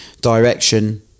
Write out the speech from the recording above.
direction